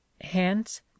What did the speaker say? hence